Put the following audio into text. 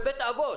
בבית אבות,